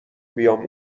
بیام